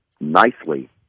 nicely